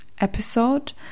episode